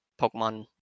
Pokemon